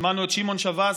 שמענו את שמעון שבס,